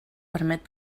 permet